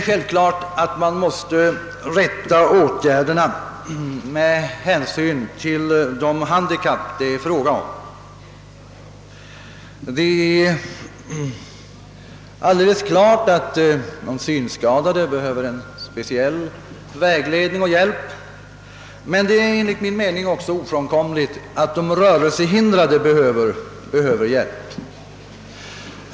Åtgärderna måste givetvis rättas efter de handikappade det gäller. De synskadade behöver speciell vägledning och hjälp, men ofrånkomligt är att också de rörelsehindrade behöver hjälp.